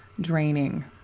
draining